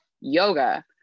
yoga